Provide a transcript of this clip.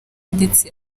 ndetse